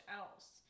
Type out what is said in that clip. else